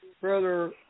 Brother